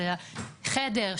אלא חדר,